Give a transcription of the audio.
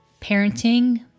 parenting